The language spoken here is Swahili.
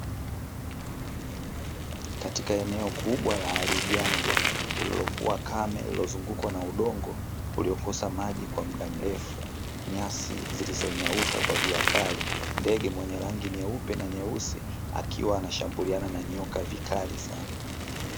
Katika eneo kubwa la hali jangwa, lililokuwa kame lililozungukwa na udogo uliokosa maji kwa muda mrefu, nyasi zilizonyauka kwa jua kali, ndege mwenye rangi nyeupe na nyeusi akiwa anashambuliana na nyoka vibaya sana.